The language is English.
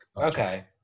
Okay